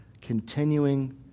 continuing